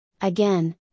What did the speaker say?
Again